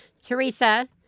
Teresa